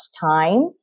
time